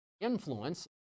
influence